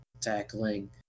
tackling